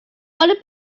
bunny